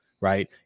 Right